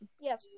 Yes